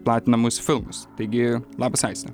platinamus filmus taigi labas aiste